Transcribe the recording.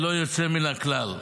ללא יוצא מן הכלל.